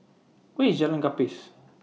Where IS Jalan Gapis